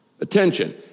Attention